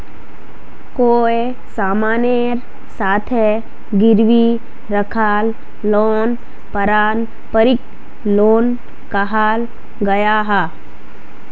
कोए सामानेर साथे गिरवी राखाल लोन पारंपरिक लोन कहाल गयाहा